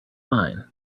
line